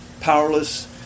powerless